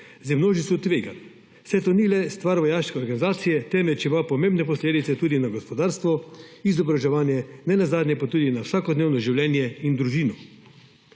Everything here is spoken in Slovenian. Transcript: z množico tveganj, saj to ni le stvar vojaške organizacije, temveč ima pomembne posledice tudi na gospodarstvo, izobraževanje, ne nazadnje pa tudi na vsakodnevno življenje in družino.